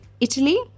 Italy